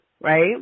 right